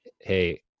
Hey